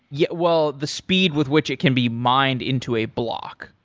yeah well, the speed with which it can be mined into a block.